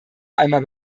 einmal